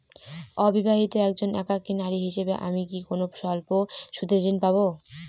অবিবাহিতা একজন একাকী নারী হিসেবে আমি কি কোনো স্বল্প সুদের ঋণ পাব?